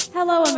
Hello